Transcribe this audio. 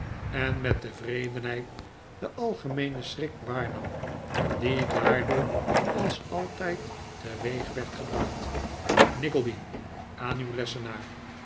eh met tevredenheid den algemeenen schrik waarnam die daardoor als altijd teweeg werd gebracht nickleby aan uw lessenaar